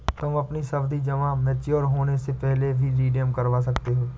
तुम अपनी सावधि जमा मैच्योर होने से पहले भी रिडीम करवा सकते हो